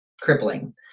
crippling